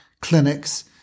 clinics